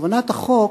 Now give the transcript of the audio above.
כוונת החוק